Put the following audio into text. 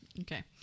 okay